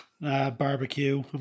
Barbecue